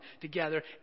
together